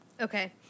Okay